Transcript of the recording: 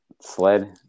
sled